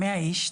100 איש,